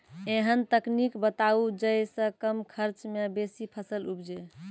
ऐहन तकनीक बताऊ जै सऽ कम खर्च मे बेसी फसल उपजे?